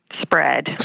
spread